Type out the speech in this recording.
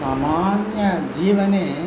सामान्यजीवने